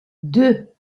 deux